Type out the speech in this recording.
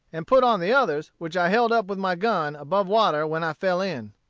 and put on the others which i held up with my gun above water when i fell in.